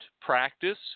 practice